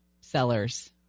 sellers